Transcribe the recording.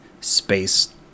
space